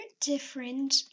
different